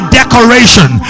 decoration